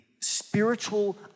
spiritual